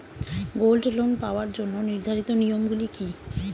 Gold loan পাওয়ার জন্য নির্ধারিত নিয়ম গুলি কি?